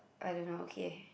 I don't know okay